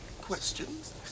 questions